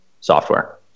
software